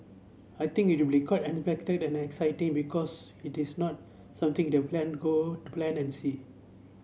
I think it will be quite unexpected and exciting because it is not something they plan go to plan and see